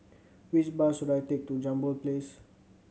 which bus should I take to Jambol Place